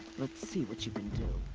let's see what you can do.